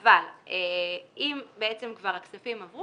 אבל עזוב עכשיו חשבון נפש.